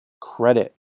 credit